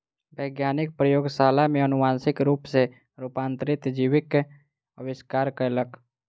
वैज्ञानिक प्रयोगशाला में अनुवांशिक रूप सॅ रूपांतरित जीवक आविष्कार कयलक